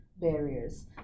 barriers